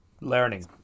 Learning